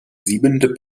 siebente